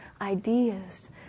ideas